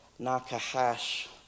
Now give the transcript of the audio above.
nakahash